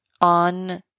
on